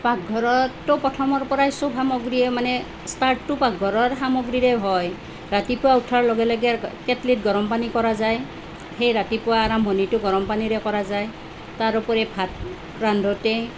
পাকঘৰততো প্ৰথমৰ পৰাই সব সামগ্ৰীয়ে মানে ষ্টাৰ্টটো পাকঘৰৰ সামগ্ৰীৰেই হয় ৰাতিপুৱা উঠাৰ লগে লগে কেটলিত গৰম পানী কৰা যায় সেই ৰাতিপুৱাৰ আৰম্ভণিটো গৰম পানীৰে কৰা যায় তাৰ উপৰি ভাত ৰান্ধোঁতে